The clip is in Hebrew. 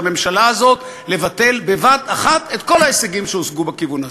לממשלה הזאת לבטל בבת-אחת את כל ההישגים שהושגו בכיוון הזה,